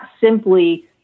simply